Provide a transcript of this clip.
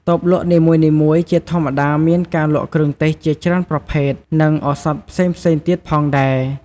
តូបលក់នីមួយៗជាធម្មតាមានការលក់គ្រឿងទេសជាច្រើនប្រភេទ និងឱសថផ្សេងៗទៀតផងដែរ។